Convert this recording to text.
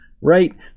right